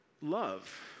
Love